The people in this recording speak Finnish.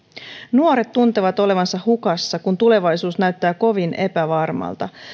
nuoret tuntevat olevansa hukassa kun tulevaisuus näyttää kovin epävarmalta